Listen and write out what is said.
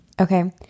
Okay